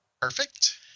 Perfect